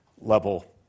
level